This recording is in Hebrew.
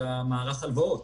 זה מערך הלוואות.